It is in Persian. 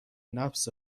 نفس